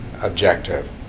objective